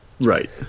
Right